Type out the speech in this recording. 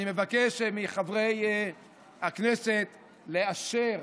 אני מבקש מחברי הכנסת לאשר